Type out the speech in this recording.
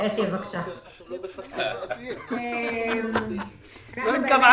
אבל בשלב הזה אנחנו ממתינים להחלטת המדיניות והאופן שבו יתפתחו